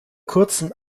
kurzen